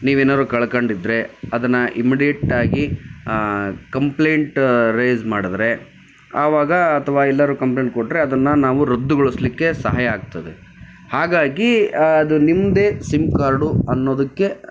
ನೀವೆನಾದ್ರು ಕಳ್ಕೊಂಡಿದ್ರೆ ಅದನ್ನ ಇಮಿಡಿಯೇಟ್ಟಾಗಿ ಕಂಪ್ಲೇಂಟ್ ರೈಸ್ ಮಾಡಿದ್ರೆ ಆವಾಗ ಅಥವಾ ಎಲ್ಲಾದ್ರು ಕಂಪ್ಲೇಂಟ್ ಕೊಟ್ಟರೆ ಅದನ್ನು ನಾವು ರದ್ದುಗೊಳಿಸ್ಲಿಕ್ಕೆ ಸಹಾಯ ಆಗ್ತದೆ ಹಾಗಾಗಿ ಅದು ನಿಮ್ಮದೆ ಸಿಮ್ ಕಾರ್ಡು ಅನ್ನೋದಕ್ಕೆ